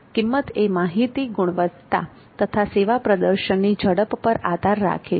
કિંમત એ માહિતીની ગુણવત્તા તથા સેવા પ્રદર્શનની ઝડપ પર આધાર રાખે છે